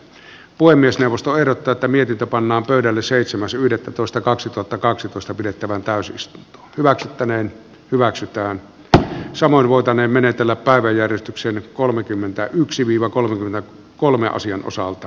puhemiesneuvosto ehdottaatä mietitä pannaan pöydälle seitsemäs yhdettätoista kaksituhattakaksitoista pidettävä täysin se hyväksyttäneen hyväksytään tai saman voitane menetellä päiväjärjestyksen kolmekymmentäyksi viiva kolme kolme kolme asian osalta